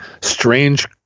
strange